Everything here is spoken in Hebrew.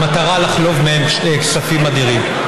במטרה לחלוב מהם כספים אדירים.